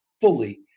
fully